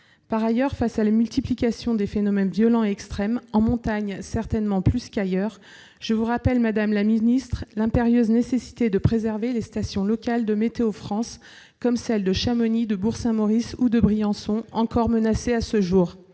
Ensuite, face à la multiplication des phénomènes violents et extrêmes, en montagne certainement plus qu'ailleurs, je vous rappelle l'impérieuse nécessité de préserver les stations locales de Météo France, comme celles de Chamonix, de Bourg-Saint-Maurice ou de Briançon, ... Très bien !... encore menacées à ce jour.